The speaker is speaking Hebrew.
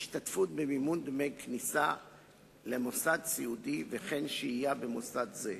השתתפות במימון דמי כניסה למוסד סיעודי וכן שהייה במוסד זה,